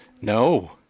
No